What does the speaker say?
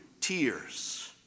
tears